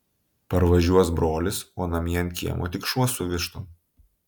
parvažiuos brolis o namie ant kiemo tik šuo su vištom